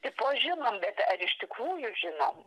tipo žinom bet ar iš tikrųjų žinom